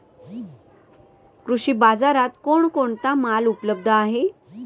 कृषी बाजारात कोण कोणता माल उपलब्ध आहे?